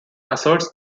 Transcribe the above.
asserts